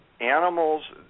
Animals